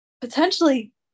potentially